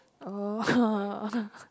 oh